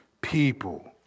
people